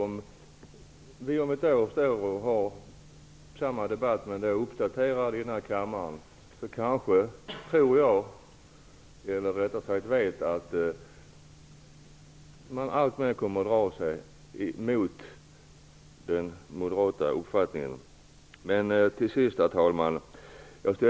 Om vi om ett år för samma debatt i denna kammare, då uppdaterad, vet jag att man alltmer kommer att dra sig emot den moderata uppfattningen. Herr talman!